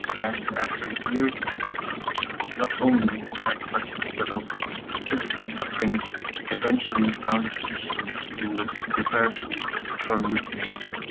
and after years and years of not only psychological but also physical suffering eventually found a physician who was prepared to to perform euthanasia.